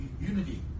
unity